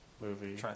movie